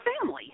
family